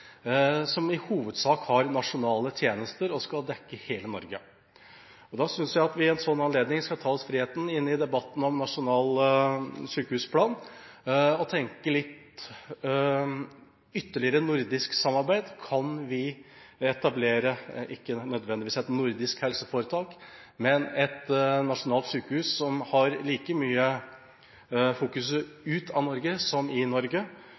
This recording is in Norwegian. i hovedsak nasjonale tjenester og skal dekke hele Norge. Da synes jeg at vi ved en slik anledning skal ta oss friheten – inne i debatten om nasjonal sykehusplan – å tenke litt ytterligere nordisk samarbeid. Kan vi etablere ikke nødvendigvis et nordisk helseforetak, men et nasjonalt sykehus som har et fokus like mye utenfor Norge som i Norge,